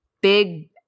big